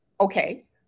okay